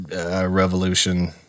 Revolution